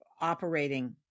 operating